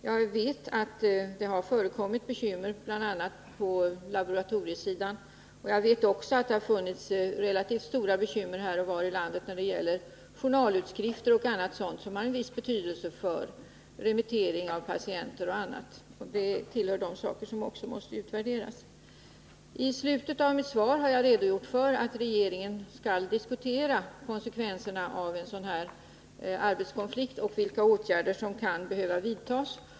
Jag vet att det förekommit bekymmer bl.a. på laboratoriesidan, och jag vet också att man haft relativt stora bekymmer här och var i landet när det gäller journalskrivning och annat sådant som har viss betydelse för remittering av patienter. Det tillhör de frågor som också måste utvärderas. I slutet av mitt svar har jag redogjort för att regeringen skall diskutera konsekvenserna av en sådan här arbetskonflikt och vilka åtgärder som med anledning av den kan behöva vidtas.